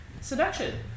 seduction